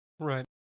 Right